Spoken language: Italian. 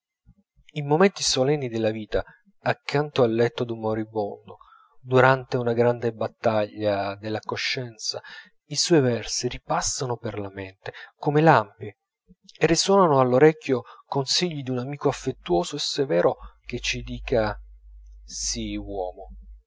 in momenti solenni della vita accanto al letto d'un moribondo durante una grande battaglia della coscienza i suoi versi ripassano per la mente come lampi e risuonano all'orecchio consigli d'un amico affettuoso e severo che ci dica sii uomo